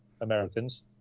Americans